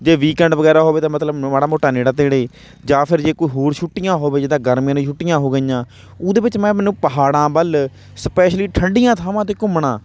ਜੇ ਵੀਕਐਂਡ ਵਗੈਰਾ ਹੋਵੇ ਤਾਂ ਮਤਲਬ ਮੈਂ ਮਾੜਾ ਮੋਟਾ ਨੇੜੇ ਤੇੜੇ ਜਾਂ ਫਿਰ ਜੇ ਕੋਈ ਹੋਰ ਛੁੱਟੀਆਂ ਹੋਵੇ ਜਿੱਦਾਂ ਗਰਮੀਆਂ ਦੀਆਂ ਛੁੱਟੀਆਂ ਹੋ ਗਈਆਂ ਉਹਦੇ ਵਿੱਚ ਮੈਂ ਮੈਨੂੰ ਪਹਾੜਾਂ ਵੱਲ ਸਪੈਸ਼ਲੀ ਠੰਢੀਆਂ ਥਾਵਾਂ 'ਤੇ ਘੁੰਮਣਾ